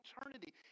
eternity